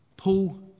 Paul